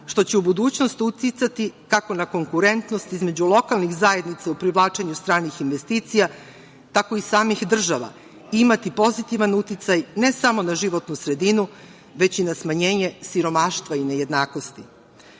što će u budućnosti uticati, kako na konkurentnost između lokalnih zajednica u privlačenju stranih investicija, tako i samih država i imati pozitivan uticaj ne samo na životnu sredinu, već i na smanjenje siromaštva i nejednakosti. Naša